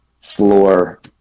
floor